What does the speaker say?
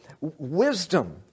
wisdom